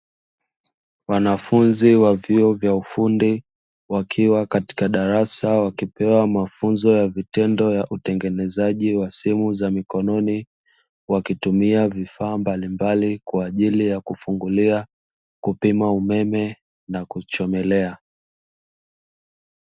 Wanafunzi wa vyuo vya ufundi wakiwa katika darasa, wakipewa mafunzo ya vitendo ya utengenezaji wa simu za mikononi, wakitumia vifaa mbalimbali kwa ajili ya kufungulia, kupima umeme na kuchomelea.